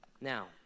Now